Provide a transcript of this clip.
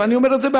כדי שאותו דייר,